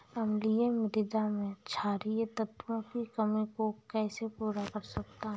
अम्लीय मृदा में क्षारीए तत्वों की कमी को कैसे पूरा कर सकते हैं?